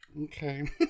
Okay